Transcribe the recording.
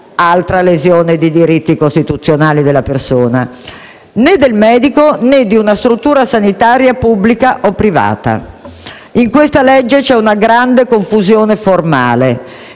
altra lesione di diritti costituzionali della persona - né del medico, né di una struttura sanitaria, pubblica o privata. In questa legge c'è una grande confusione formale.